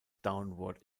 downward